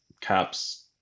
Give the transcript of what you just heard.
Caps